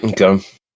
okay